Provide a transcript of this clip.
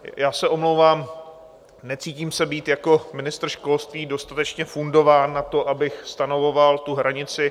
Já se omlouvám, necítím se být jako ministr školství dostatečně fundován na to, abych stanovoval tu hranici.